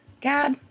God